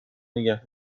نگه